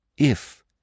If